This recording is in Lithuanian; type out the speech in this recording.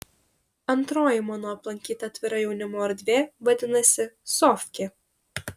antroji mano aplankyta atvira jaunimo erdvė vadinasi sofkė